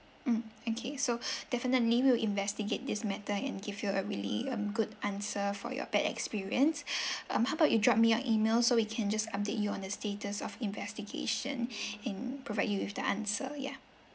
mm okay so definitely we'll investigate this matter and give you a really um good answer for your bad experience um how about you drop me your email so we can just update you on the status of investigation and provide you with the answer yeah